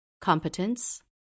Competence